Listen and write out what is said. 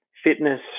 fitness